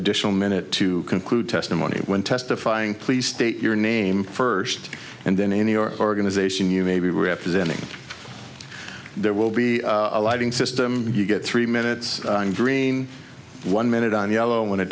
additional minute to conclude testimony when testifying please state your name first and then any organization you may be representing there will be a lighting system you get three minutes green one minute on yellow when it